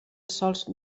sols